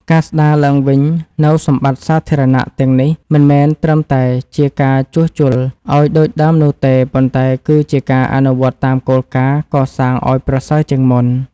ការស្តារឡើងវិញនូវសម្បត្តិសាធារណៈទាំងនេះមិនមែនត្រឹមតែជាការជួសជុលឱ្យដូចដើមនោះទេ ប៉ុន្តែគឺជាការអនុវត្តតាមគោលការណ៍ កសាងឱ្យប្រសើរជាងមុន។